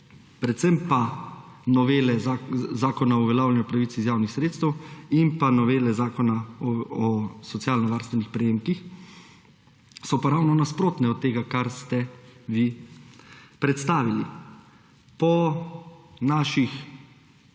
predvsem pa novele Zakona o uveljavljanju pravic iz javnih sredstev in pa novel Zakona o socialno varstvenih prejemkih, so pa ravno nasprotne od tega, kar ste vi predstavili. Po naših